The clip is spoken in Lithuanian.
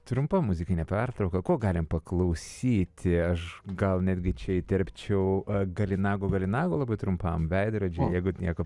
trumpa muzikinė pertrauka ko galime paklausyti aš gal netgi čia įterpčiau galinagu galinagu labai trumpam veidrodžiai jeigu nieko